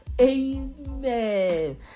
Amen